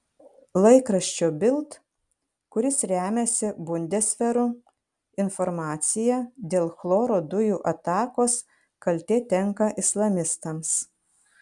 laikraščio bild kuris remiasi bundesveru informacija dėl chloro dujų atakos kaltė tenka islamistams